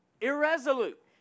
irresolute